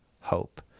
hope